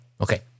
Okay